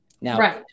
Now